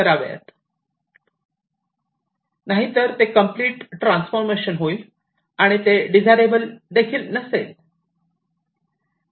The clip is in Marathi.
नाहीतर ते कम्प्लीट ट्रान्सफॉर्मेशन होईल आणि ते डिझायरेबल नसेल